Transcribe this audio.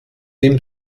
dem